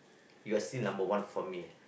you are still number one for me